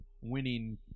winning